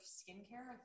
skincare